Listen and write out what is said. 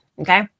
Okay